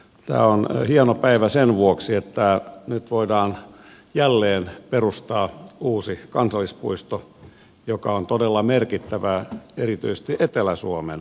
tämä on hieno päivä sen vuoksi että nyt voidaan jälleen perustaa uusi kansallispuisto mikä on todella merkittävää erityisesti etelä suomen kannalta